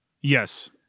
Yes